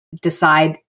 decide